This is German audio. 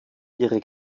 ihre